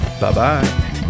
Bye-bye